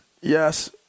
Yes